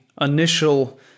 initial